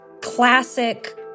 classic